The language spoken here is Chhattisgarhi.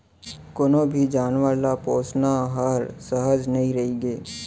कोनों भी जानवर ल पोसना हर सहज नइ रइगे